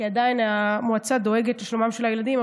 כי עדיין המועצה דואגת לשלומם של הילדים,